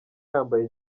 yambaye